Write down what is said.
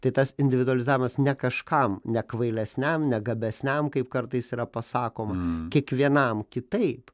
tai tas individualizavimas ne kažkam ne kvailesniam ne gabesniam kaip kartais yra pasakoma kiekvienam kitaip